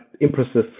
impressive